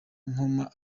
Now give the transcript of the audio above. nkoma